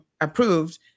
approved